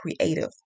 creative